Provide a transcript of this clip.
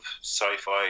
sci-fi